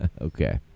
Okay